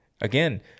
again